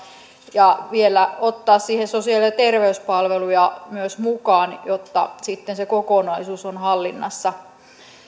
ja vielä ottaa siihen sosiaali ja terveyspalveluja myös mukaan jotta sitten se kokonaisuus on hallinnassa